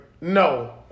no